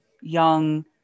young